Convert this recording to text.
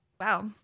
Wow